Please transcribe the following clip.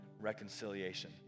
reconciliation